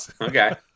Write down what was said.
okay